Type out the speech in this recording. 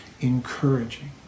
encouraging